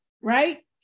right